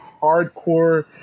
hardcore